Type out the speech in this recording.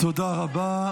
תודה רבה.